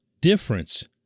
difference